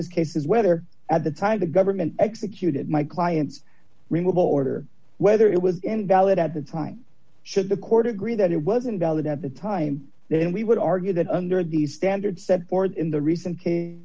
this case is whether at the time the government executed my client's removal order whether it was invalid at the time should the court agree that it wasn't valid at the time then we would argue that under these standards set forth in the recent